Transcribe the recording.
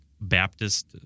Baptist